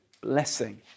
blessing